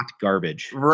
garbage